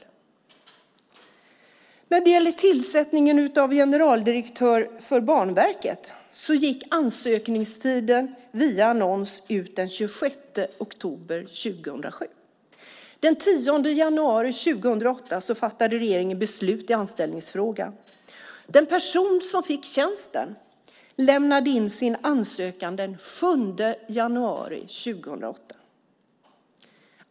Det första exemplet: När det gäller tillsättningen av generaldirektör för Banverket gick ansökningstiden via annons ut den 26 oktober 2007. Den 10 januari 2008 fattade regeringen beslut i anställningsfrågan. Den person som fick tjänsten lämnade in sin ansökan den 7 januari 2008.